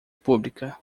pública